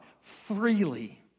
freely